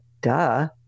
Duh